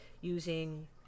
using